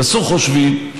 תעשו חושבים.